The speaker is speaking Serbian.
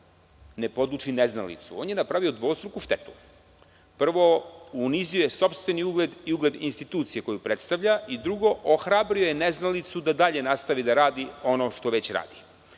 ne poduči neznalicu, on je napravio dvostruku štetu. Prvo, unizio je sopstveni ugled i ugled institucije koju predstavlja, i drugo, ohrabrio je neznalicu da dalje nastavi da radi ono što već radi.